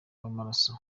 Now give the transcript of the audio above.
w’amaraso